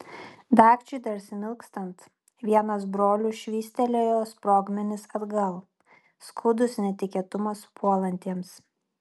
dagčiui dar smilkstant vienas brolių švystelėjo sprogmenis atgal skaudus netikėtumas puolantiems